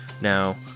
now